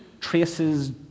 traces